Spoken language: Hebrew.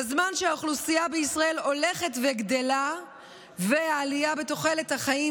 בזמן שהאוכלוסייה בישראל הולכת וגדלה וכמובן גם תוחלת החיים,